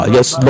Yes